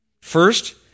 First